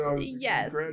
yes